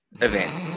event